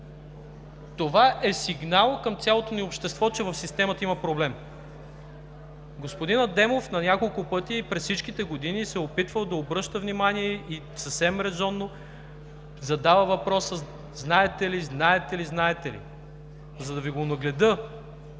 това е сигнал към цялото ни общество, че в системата има проблем. Господин Адемов на няколко пъти през всичките години се е опитвал да обръща внимание и съвсем резонно задава въпроса: знаете ли, знаете ли, знаете ли? За да Ви го онагледя